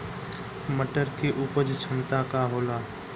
मटर के उपज क्षमता का होला?